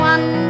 One